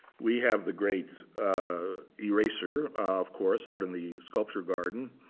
we have the great eraser, of course, out in the sculpture garden.